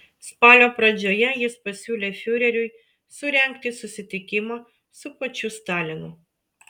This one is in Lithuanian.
spalio pradžioje jis pasiūlė fiureriui surengti susitikimą su pačiu stalinu